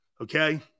Okay